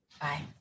Bye